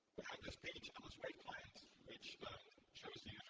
page, ls wave client which shows the